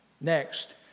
Next